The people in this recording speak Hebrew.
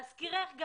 להזכירך,